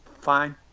fine